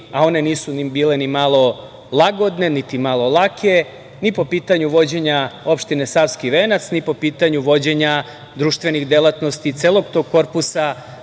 a one nisu ni malo bile lagodne, niti imalo lake, ni po pitanju vođenja opštine Savski venac, ni po pitanju vođenja društvenih delatnosti i celog tog korpusa